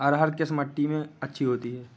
अरहर किस मिट्टी में अच्छी होती है?